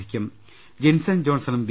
ഭിക്കും ജിൻസൺ ജോൺസണും വി